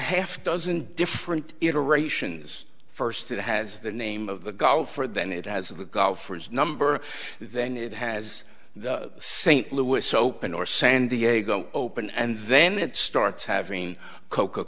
half dozen different iterations first it has the name of the golfer then it has the golfers number then it has the st louis open or san diego open and then it starts having coca